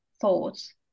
thoughts